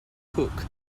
cook